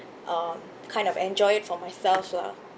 um kind of enjoy it for myself lah